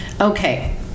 Okay